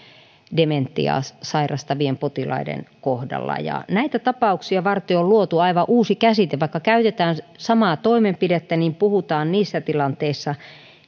dementiaa sairastavien potilaiden kohdalla näitä tapauksia varten on luotu aivan uusi käsite vaikka käytetään samaa toimenpidettä puhutaan niissä tilanteissa